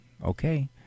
okay